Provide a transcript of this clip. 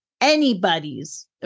anybody's